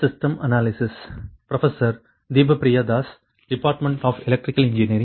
சரி